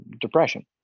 depression